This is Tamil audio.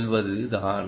சொல்வது சரிதான்